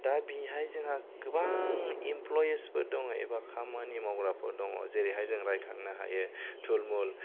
दा बिहाय जोंहा गोबां इमप्लइसफोर दङ एबा खामानि मावग्राफोर दङ जेरैहाय जोङो रायखांनो हायो थुलमुल